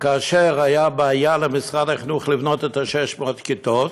וכאשר הייתה בעיה למשרד החינוך לבנות את 600 הכיתות,